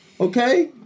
Okay